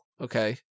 Okay